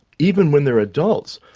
even when they're adults,